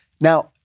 Now